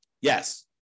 Yes